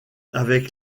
avec